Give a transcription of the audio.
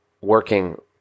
working